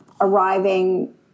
arriving